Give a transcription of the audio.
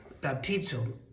baptizo